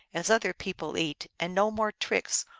as other people eat, and no more tricks,